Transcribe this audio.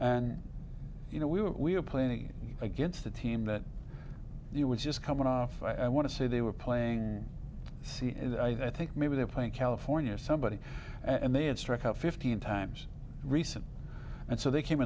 and you know we were we were playing against a team that you were just coming off i want to say they were playing c and i think maybe they're playing california or somebody and they had struck out fifteen times recently and so they came